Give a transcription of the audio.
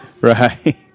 Right